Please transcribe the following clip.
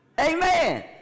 Amen